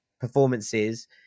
performances